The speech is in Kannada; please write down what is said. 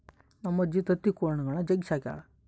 ನಮ್ಮಜ್ಜಿ ತತ್ತಿ ಕೊಳಿಗುಳ್ನ ಜಗ್ಗಿ ಸಾಕ್ಯಳ